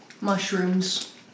Mushrooms